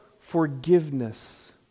forgiveness